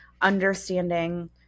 understanding